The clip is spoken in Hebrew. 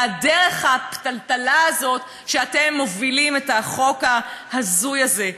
והדרך הפתלתלה הזאת שאתם מובילים בה את החוק ההזוי הזה?